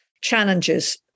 challenges